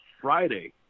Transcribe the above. Friday